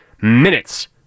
minutes